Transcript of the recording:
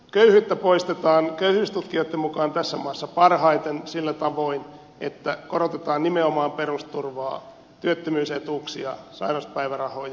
köyhyyttä poistetaan köyhyystutkijoitten mukaan tässä maassa parhaiten sillä tavoin että korotetaan nimenomaan perusturvaa työttömyysetuuksia sairauspäivärahoja